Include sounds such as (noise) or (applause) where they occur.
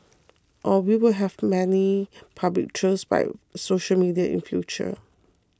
or we will have many (noise) public trials by social media in future